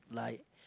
like